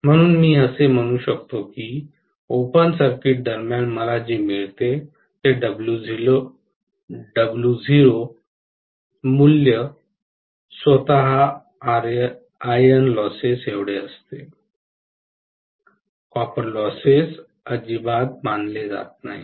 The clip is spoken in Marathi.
म्हणून मी असे म्हणू शकतो की ओपन सर्किट दरम्यान मला जे मिळते ते W0 मूल्य स्वतः आयर्न लॉसेस एवढे असते कॉपर लॉसेस अजिबात मानले जात नाही